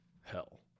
Hell